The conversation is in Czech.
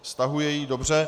Stahuje ji, dobře.